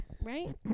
Right